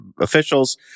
officials